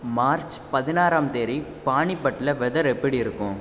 March பதினாறாம் தேதி பானிபட்டில் வெதர் எப்படி இருக்கும்